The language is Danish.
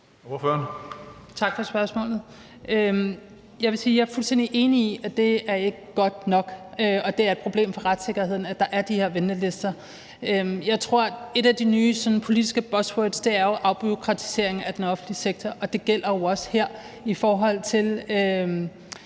jeg er fuldstændig enig i, at det ikke er godt nok, og det er et problem for retssikkerheden, at der er de her ventelister. Jeg tror, et af de sådan nye politiske buzzwords er afbureaukratisering af den offentlige sektor, og det gælder jo også her, i forhold til